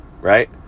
right